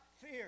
fear